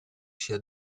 sia